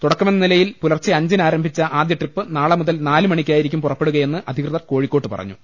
തുടക്കമെന്ന നിലയിൽ പുലർച്ചെ അഞ്ചിന് ആരംഭിച്ച ആദ്യ ട്രിപ്പ് നാളെ മുതൽ നാലു മണിക്കായിരിക്കും പുറപ്പെടുകയെന്ന് അധികൃതർ കോഴിക്കോട്ട് പറഞ്ഞു